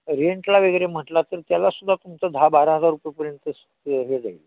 रेंटला वगैरे म्हटलं तर त्याला सुद्धा तुमचं दहा बारा हजार रुपयेपर्यंत हे जाईल